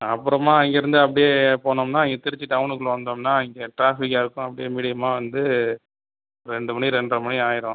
அப்புறமாக அங்கேயிருந்து அப்படியே போனோம்னா இங்கே திருச்சி டவுனுக்குள்ள வந்தோம்னா இங்கே டிராஃபிக்காயிருக்கும் அப்படியே மீடியமாக வந்து ரெண்டு மணி ரெண்றை மணி ஆகிரும்